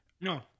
No